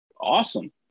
awesome